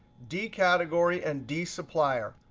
dcategory and dsupplier.